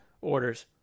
orders